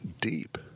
deep